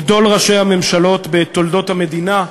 גדול ראשי הממשלות בתולדות המדינה,